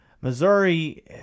Missouri